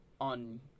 on